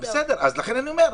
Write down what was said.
לכן אני אומר,